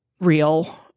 real